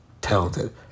talented